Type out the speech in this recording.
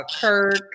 Kirk